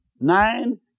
nine